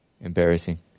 Embarrassing